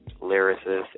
lyricist